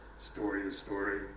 story-to-story